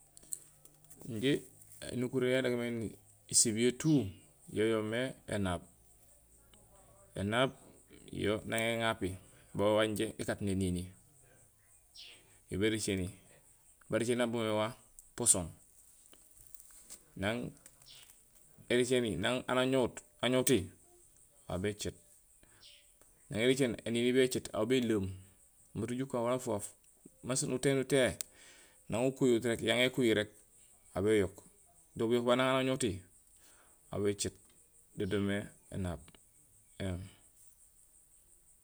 Injé énukuréén yaan irégmé nisébiyé tout, yo yoomé énaab, énaab yo nang éŋapi, babaj wanja ékaat néénini, yo béricéni, baricéné boomé wa, poson. Nang éricéni, nang aan añohuut, añohuti, aw bé céé. Néni éricéni énini bécéét, aw béleem, mat uju ukaan wafowaaf. Mé utééy nutéyé nang ukuhiwut rék, yaŋi ékuhihut rék aw béyok, do buyook babu nang aan añowti, aw bécéét, do doomé énaab éém